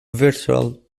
virtual